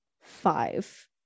five